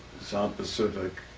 south pacific,